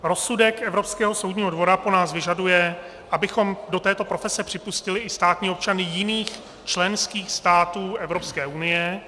Rozsudek Evropského soudního dvora po nás vyžaduje, abychom do této profese připustili i státní občany jiných členských států Evropské unie.